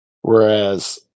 Whereas